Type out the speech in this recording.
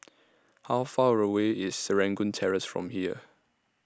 How Far away IS Serangoon Terrace from here